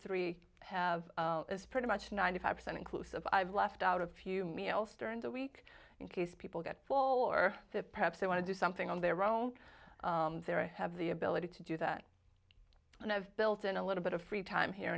three have is pretty much ninety five percent inclusive i've left out of few meals during the week in case people get full or to perhaps they want to do something on their own there i have the ability to do that and i've built in a little bit of free time here